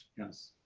yes,